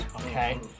okay